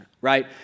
right